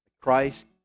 Christ